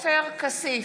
מצביעה עופר כסיף,